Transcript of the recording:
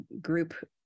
group